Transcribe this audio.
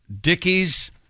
dickies